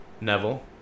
Neville